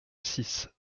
six